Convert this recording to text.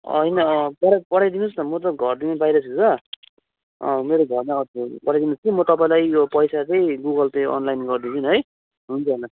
होइन पठाइ पठाइदिनुहोस् न म त घरदेखि बाहिर छु त मेरो घरमा पठाइदिनुहोस् कि म तपाईँलाई यो पैसा चाहिँ गुगल पे अनलाइन गरिदिन्छु नि है हुन्छ ल